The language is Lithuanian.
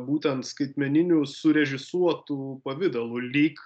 būtent skaitmeninių surežisuotų pavidalų lyg